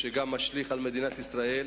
שגם משליך על מדינת ישראל,